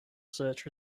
search